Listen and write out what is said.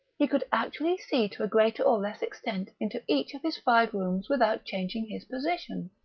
he could actually see to a greater or less extent into each of his five rooms without changing his position.